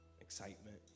excitement